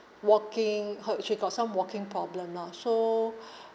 working he~ she got some walking problem lah so